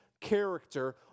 character